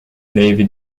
navy